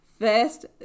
First